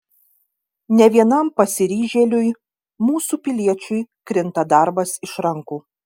ne vienam pasiryžėliui mūsų piliečiui krinta darbas iš rankų